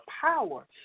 power